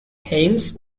hails